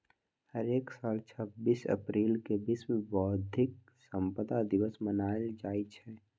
हरेक साल छब्बीस अप्रिल के विश्व बौधिक संपदा दिवस मनाएल जाई छई